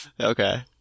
Okay